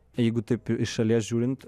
jeigu taip iš šalies žiūrint